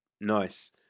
nice